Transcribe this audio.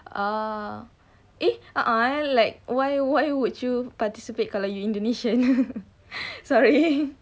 oh eh ah ah eh like why why would you participate kalau you indonesian sorry